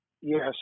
Yes